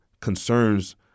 concerns